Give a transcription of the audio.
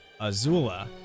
Azula